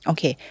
Okay